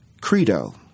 credo